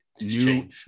new